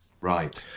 Right